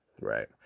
right